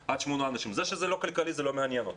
ועד גיל 12. זה לא כלכלי לאף אחד.